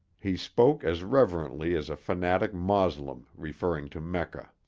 he spoke as reverently as a fanatic moslem referring to mecca.